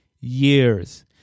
years